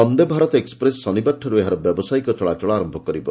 Vande Bharat express ଶନିବାରଠାରୁ ଏହାର ବ୍ୟବସାୟିକ ଚଳାଚଳ ଆରମ୍ଭ କରିବ